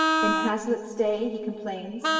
in hazlitt's day he complains,